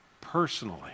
personally